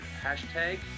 Hashtag